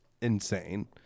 Insane